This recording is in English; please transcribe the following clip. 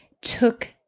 took